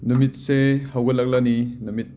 ꯅꯨꯃꯤꯠꯁꯦ ꯍꯧꯒꯠꯂꯛꯅꯅꯤ ꯅꯨꯃꯤꯠ